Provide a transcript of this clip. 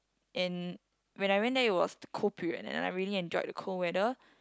and when I went there it was cold period and I really enjoyed the cold weather